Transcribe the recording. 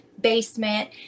basement